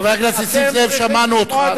חבר הכנסת נסים זאב, שמענו אותך.